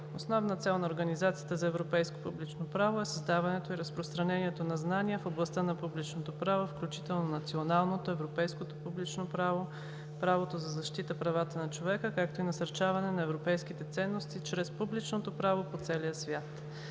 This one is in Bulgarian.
Основна цел на Организацията за европейско публично право е създаването и разпространението на знания в областта на публичното право, включително националното, европейското публично право, правото за защита правата на човека, както и насърчаване на европейските ценности чрез публичното право по целия свят.